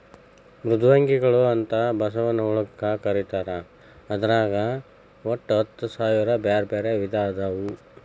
ಮೃದ್ವಂಗಿಗಳು ಅಂತ ಬಸವನ ಹುಳಕ್ಕ ಕರೇತಾರ ಅದ್ರಾಗ ಒಟ್ಟ ಹತ್ತಸಾವಿರ ಬ್ಯಾರ್ಬ್ಯಾರೇ ವಿಧ ಅದಾವು